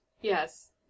Yes